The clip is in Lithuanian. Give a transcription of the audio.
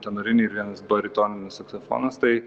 tenoriniai ir vienas baritoninis saksofonas tai